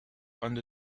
under